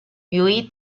lluir